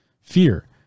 Fear